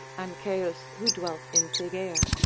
ancaeus who dwelt in tegea.